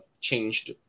changed